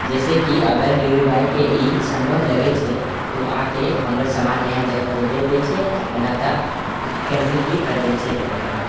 जाहिसँ की डिलीवरी बॉयके ई सम्भव लगै छै तऽ ओ आके सामान नया जगह पर दए दै छै या तऽ कैंसिल भी कए दै छै कितना बार